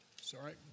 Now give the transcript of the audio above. Sorry